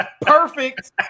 Perfect